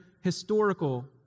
historical